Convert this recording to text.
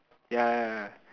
ya ya ya